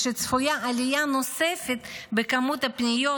ושצפויה עלייה נוספת במספר הפניות